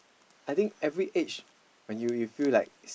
I think every age when you you feel like